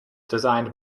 designed